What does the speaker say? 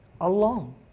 alone